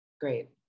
Great